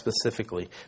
specifically